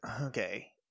Okay